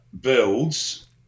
builds